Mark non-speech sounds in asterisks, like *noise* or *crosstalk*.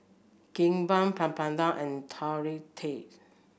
Kimbap Papadum and *unintelligible*